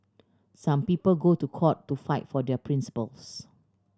some people go to court to fight for their principles